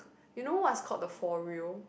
you know what is called the fore real